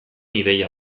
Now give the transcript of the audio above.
ideia